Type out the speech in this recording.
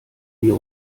wir